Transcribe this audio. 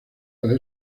para